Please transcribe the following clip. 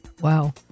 Wow